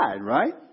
right